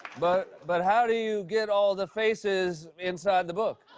but but how do you get all the faces inside the book?